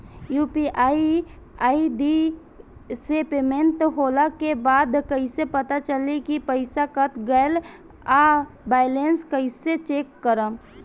UPI ID से payment होला के बाद कइसे पता चली की पईसा कट गएल आ बैलेंस कइसे चेक करम?